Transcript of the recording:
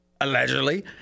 allegedly